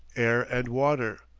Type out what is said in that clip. air, and water.